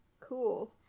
cool